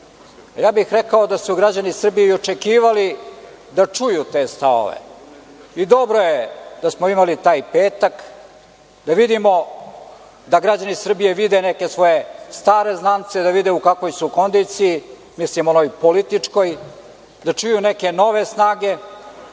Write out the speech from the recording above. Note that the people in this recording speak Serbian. ja bih rekao da su građani Srbije očekivali da čuju te stavove. Dobro je da smo imali taj petak, pa da građani Srbije vide neke svoje stare znance, da vide u kakvoj su kondiciji, mislim onoj političkoj, da čuju neke nove snage